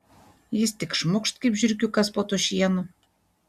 jis tik šmukšt kaip žiurkiukas po tuo šienu